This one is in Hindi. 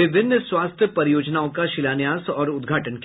विभिन्न स्वास्थ्य परियोजनाओं का शिलान्यास और उद्घाटन किया